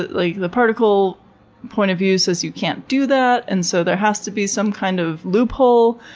like the particle point of view, says you can't do that, and so there has to be some kind of loophole.